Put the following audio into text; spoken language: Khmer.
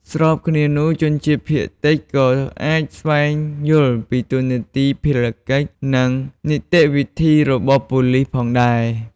ស្របគ្នានោះ ក្រុមជនជាតិភាគតិចក៏អាចស្វែងយល់ពីតួនាទី ភារកិច្ច និងនីតិវិធីរបស់ប៉ូលិសផងដែរ។